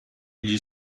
gli